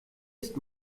ist